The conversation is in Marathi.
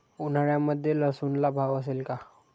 उन्हाळ्यामध्ये लसूणला भाव असेल का?